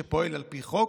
שפועלת על פי חוק,